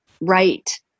right